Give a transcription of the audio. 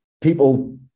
People